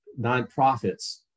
nonprofits